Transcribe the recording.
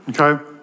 Okay